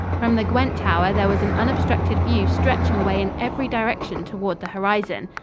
from the gwent tower there was an unobstructed view stretching away in every direction toward the horizon.